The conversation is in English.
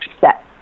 set